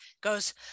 goes